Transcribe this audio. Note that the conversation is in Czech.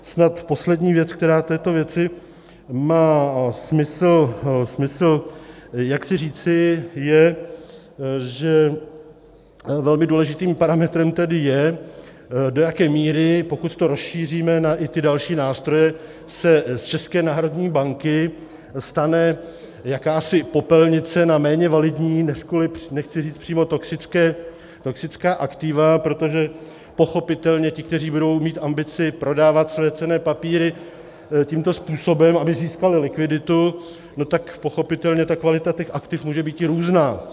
Snad poslední věc, kterou v této věci má smysl říci, je, že velmi důležitým parametrem tedy je, do jaké míry, pokud to rozšíříme i na ty další nástroje, se z České národní banky stane jakási popelnice na méně validní, neřkuli, nechci říct přímo toxická aktiva, protože pochopitelně ti, kteří budou mít ambici prodávat své cenné papíry tímto způsobem, aby získali likviditu, tak pochopitelně ta kvalita těch aktiv může býti různá.